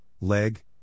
Leg